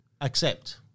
accept